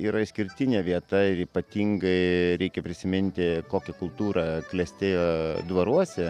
yra išskirtinė vieta ir ypatingai reikia prisiminti kokia kultūra klestėjo dvaruose